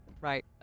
Right